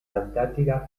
antártida